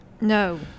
No